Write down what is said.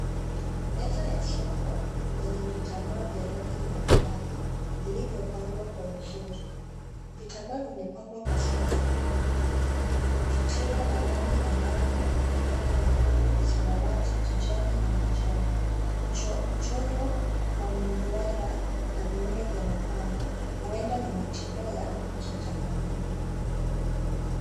Meza ya soko yenye vitambaa vya rangi mbalimbali vilivyopangwa kwa uzuri. Vitambaa vimepangwa kwa safu vikiwa na rangi angavu kama nyekundu, samawati, kijani na manjano. Mchoro wa mduara na miundo vya mapambo huenda ni mitindo ya kitamaduni.